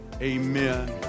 Amen